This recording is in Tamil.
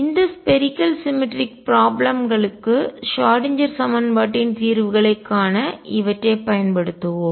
இந்த ஸ்பேரிக்கல் சிமெட்ரிக் கோள சமச்சீர் ப்ராப்ளம் களுக்கு ஷ்ராடின்ஜெர் சமன்பாட்டின் தீர்வுகளைக் காண இவற்றைப் பயன்படுத்துவோம்